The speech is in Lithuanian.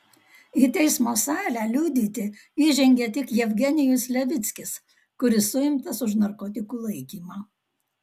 į teismo salę liudyti įžengė tik jevgenijus levickis kuris suimtas už narkotikų laikymą